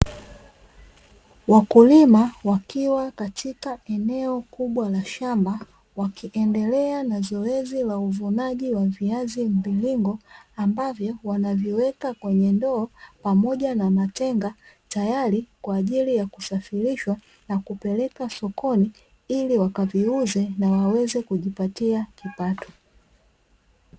Wakulima wakiwa katika eneo kubwa la shamba, wakiendelea na zoezi la uvunaji wa viazi mviringo ambavyo wanaviweka kwenye ndoo pamoja na matenga, tayari kwa ajili ya kusafirishwa na kupelekwa sokoni ili wakaviuze na waweze kujipatia kipato.